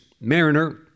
mariner